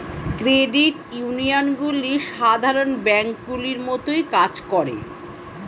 credit ইউনিয়নগুলি সাধারণ ব্যাঙ্কগুলির মতোই কাজ করে